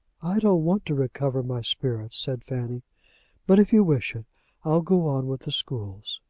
i don't want to recover my spirits, said fanny but if you wish it i'll go on with the schools.